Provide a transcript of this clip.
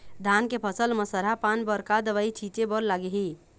धान के फसल म सरा पान बर का दवई छीचे बर लागिही?